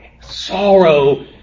sorrow